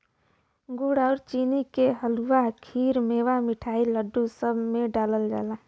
गुड़ आउर चीनी के हलुआ, खीर, मेवा, मिठाई, लड्डू, सब में डालल जाला